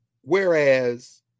Whereas